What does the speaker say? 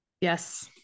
yes